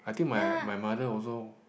I think my my mother also